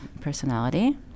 personality